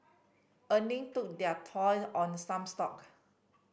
earning took their toll on some stock